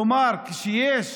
כלומר כשיש